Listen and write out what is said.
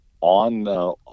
on